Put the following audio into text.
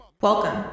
welcome